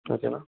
ఓకేనా